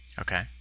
Okay